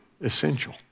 essential